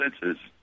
senses